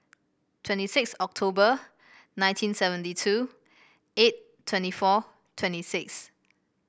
twenty six October nineteen seventy two eight twenty four twenty six